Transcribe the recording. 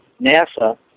NASA